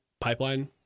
pipeline